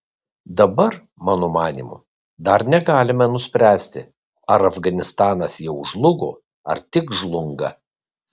dabar mano manymu dar negalime nuspręsti ar afganistanas jau žlugo ar tik žlunga